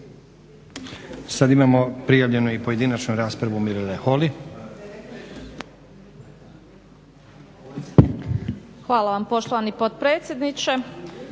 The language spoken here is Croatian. Sad imamo prijavljenu i pojedinačnu raspravu Mirele Holy.